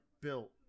built